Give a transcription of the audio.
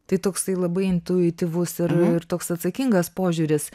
tai toksai labai intuityvus ir ir toks atsakingas požiūris